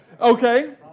Okay